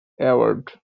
award